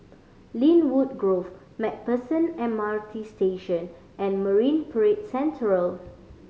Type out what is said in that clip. Lynwood Grove Macpherson M R T Station and Marine Parade Central